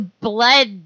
blood